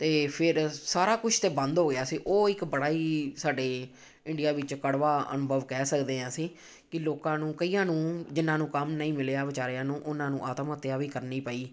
ਅਤੇ ਫਿਰ ਸਾਰਾ ਕੁਛ ਤਾਂ ਬੰਦ ਹੋ ਗਿਆ ਸੀ ਉਹ ਇੱਕ ਬੜਾ ਹੀ ਸਾਡੇ ਇੰਡੀਆ ਵਿੱਚ ਕੜਵਾ ਅਨੁਭਵ ਕਹਿ ਸਕਦੇ ਹਾਂ ਅਸੀਂ ਕਿ ਲੋਕਾਂ ਨੂੰ ਕਈਆਂ ਨੂੰ ਜਿਹਨਾਂ ਨੂੰ ਕੰਮ ਨਹੀਂ ਮਿਲਿਆ ਵਿਚਾਰਿਆਂ ਨੂੰ ਉਹਨਾਂ ਨੂੰ ਆਤਮ ਹੱਤਿਆ ਵੀ ਕਰਨੀ ਪਈ